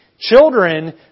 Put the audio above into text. Children